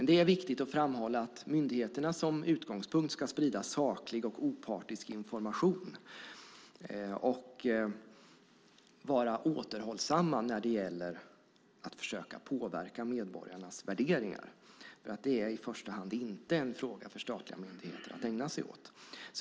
Det är viktigt att framhålla att utgångspunkten är att myndigheterna ska sprida saklig och opartisk information och vara återhållsamma när det gäller att försöka påverka medborgarnas värderingar. Det är i första hand inte en fråga för statliga myndigheter att ägna sig åt.